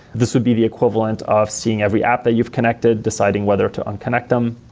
this would be the equivalent of seeing every app that you've connected. deciding whether to un-connect them,